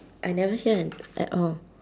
I never hear an~ at all